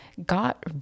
got